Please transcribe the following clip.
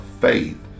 faith